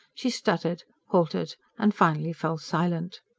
she stuttered, halted, and finally fell silent.